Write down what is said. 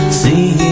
see